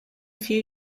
few